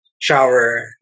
Shower